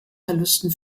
verlusten